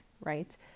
right